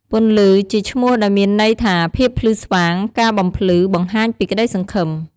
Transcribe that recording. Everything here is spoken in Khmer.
ពន្លឺជាឈ្មោះ ដែលមានន័យថាភាពភ្លឺស្វាង ការបំភ្លឺ បង្ហាញពីក្តីសង្ឃឹម។